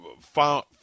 found